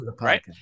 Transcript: right